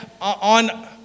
on